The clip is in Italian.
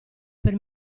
per